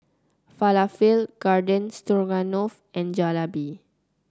Falafel Garden Stroganoff and Jalebi